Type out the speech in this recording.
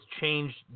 changed